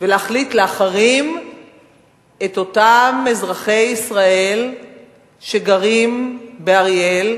ולהחליט להחרים את אותם אזרחי ישראל שגרים באריאל,